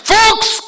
Folks